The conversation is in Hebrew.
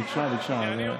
ביקשה, ביקשה.